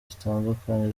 zitandukanye